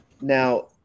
Now